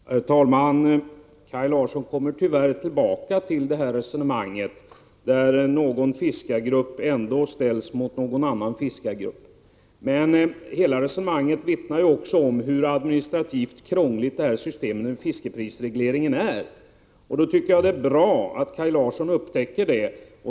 I Herr talman! Kaj Larsson kommer tyvärr tillbaka till resonemanget där någon fiskargrupp ändå ställs mot någon annan fiskargrupp. Men hela resonemanget vittnar ju också om hur administrativt krångligt det här 153 systemet med fiskeprisregleringen är. Jag tycker det är bra att Kaj Larsson upptäcker det.